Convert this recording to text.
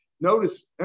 Notice